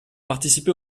participé